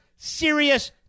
serious